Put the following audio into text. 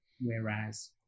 Whereas